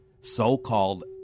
so-called